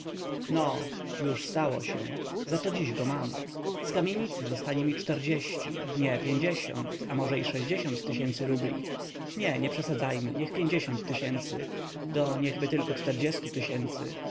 no już stało się za to dziś go mam z kamienicy zostanie mi nie a może i tysięcy rubli nie nie przesadzajmy niech tysięcy do niechby tylko tysięcy